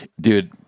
dude